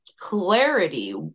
clarity